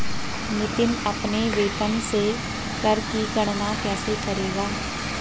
नितिन अपने वेतन से कर की गणना कैसे करेगा?